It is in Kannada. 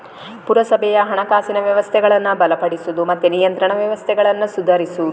ಪುರಸಭೆಯ ಹಣಕಾಸಿನ ವ್ಯವಸ್ಥೆಗಳನ್ನ ಬಲಪಡಿಸುದು ಮತ್ತೆ ನಿಯಂತ್ರಣ ವ್ಯವಸ್ಥೆಗಳನ್ನ ಸುಧಾರಿಸುದು